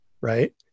right